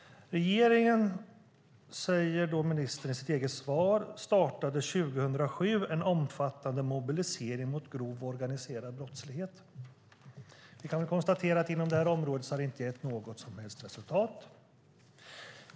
Regeringen, säger ministern i sitt eget svar, startade 2007 en omfattande mobilisering mot grov organiserad brottslighet. Vi kan väl konstatera att det inom det här området inte har gett något som helst resultat.